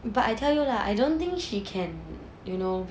but I tell you lah I don't think she can you know